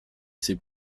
ses